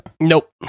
Nope